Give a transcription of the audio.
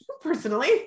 personally